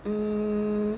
mmhmm